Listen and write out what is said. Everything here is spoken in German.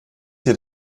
hier